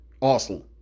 awesome